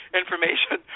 information